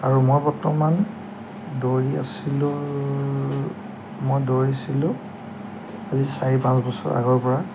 আৰু মই বৰ্তমান দৌৰি আছিলোঁ মই দৌৰিছিলোঁ আজি চাৰি পাঁচ বছৰ আগৰ পৰা